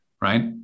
right